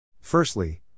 Firstly